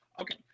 Okay